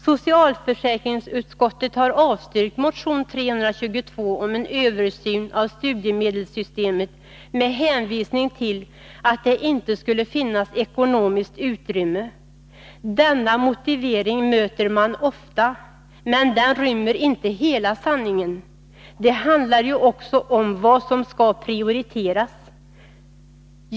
Socialförsäkringsutskottet har avstyrkt motion 322 om en översyn av studiemedelssystemet med hänvisning till att det inte skulle finnas ekonomiskt utrymme. Denna motivering möter man ofta, men den rymmer inte hela sanningen. Det handlar ju också om vad som skall prioriteras.